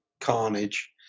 carnage